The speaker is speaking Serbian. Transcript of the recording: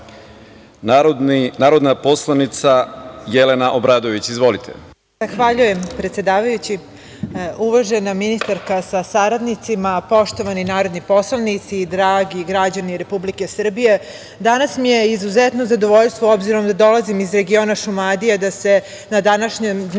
narodna poslanica Jelena Obradović. Izvolite. **Jelena Obradović** Zahvaljujem, predsedavajući. Uvažena ministarka sa saradnicima, poštovani narodni poslanici, dragi građani Republike Srbije, danas mi je izuzetno zadovoljstvo obzirom da dolazim iz regiona Šumadije, da se na današnjem dnevnom